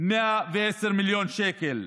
110 מיליון שקל,